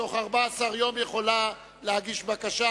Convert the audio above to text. בתוך 14 יום יכולה להגיש בקשה,